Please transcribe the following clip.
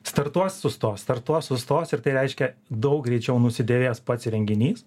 startuos sustos startuos sustos ir tai reiškia daug greičiau nusidėvės pats įrenginys